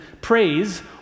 praise